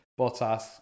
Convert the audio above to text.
Bottas